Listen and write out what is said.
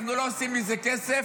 אנחנו לא עושים מזה כסף,